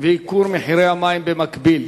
וייקור מחיר המים במקביל,